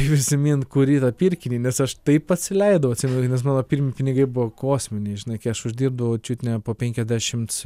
prisimint kurį tą pirkinį nes aš taip atsileidau atsimenu nes mano pirmi pinigai buvo kosminiai žinai kai aš uždirbdavau čiut ne po penkiasdešimt